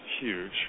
huge